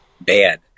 bad